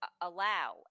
allow